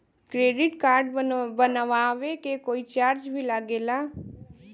Credit card बनवावे के कोई चार्ज भी लागेला?